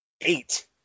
eight